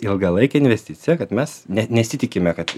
ilgalaikę investiciją kad mes net nesitikime kad